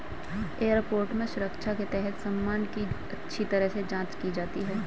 airport में सुरक्षा के तहत सामान की अच्छी तरह से जांच की जाती है